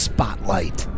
Spotlight